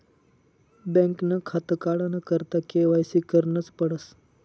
बँकनं खातं काढाना करता के.वाय.सी करनच पडस